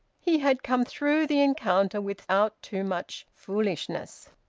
he had come through the encounter without too much foolishness.